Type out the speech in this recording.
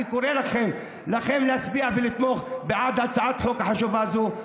אני קורא לכם ולכן להצביע ולתמוך בהצעת חוק חשובה זו.